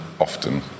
often